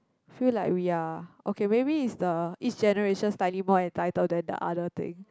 feel like we are okay maybe it's the each generation slightly more entitled than the other thing